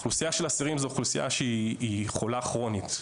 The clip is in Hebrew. אוכלוסייה של אסירים זו אוכלוסייה שהיא חולה כרונית,